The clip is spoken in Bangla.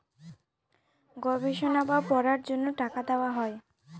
গবেষণা বা পড়ার জন্য টাকা দেওয়া হয়